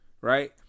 right